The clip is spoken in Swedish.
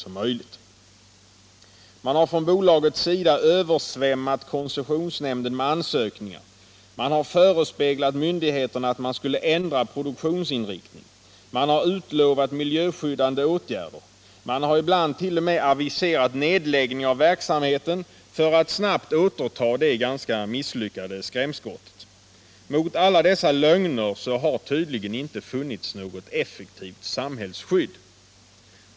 Man har från bolagets sida 63 översvämmat koncessionsnämnden med ansökningar, man har förespeglat myndigheterna att man skulle ändra produktionsinriktning, man har utlovat miljöskyddande åtgärder och man har ibland t.o.m. aviserat nedläggning av verksamheten — för att snabbt återta det ganska misslyckade skrämskottet. Mot alla dessa lögner har tydligen inte funnits något effektivt samhällsskydd.